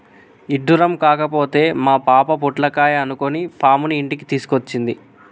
ఇడ్డురం కాకపోతే మా పాప పొట్లకాయ అనుకొని పాముని ఇంటికి తెచ్చింది